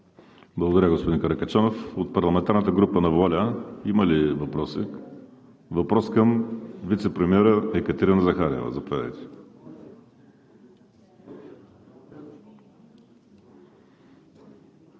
Благодаря, господин Каракачанов. От парламентарната група на ВОЛЯ има ли въпроси? Въпрос към вицепремиера Екатерина Захариева. Заповядайте!